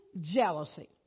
jealousy